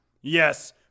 Yes